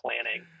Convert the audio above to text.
planning